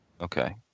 Okay